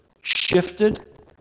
shifted